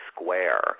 square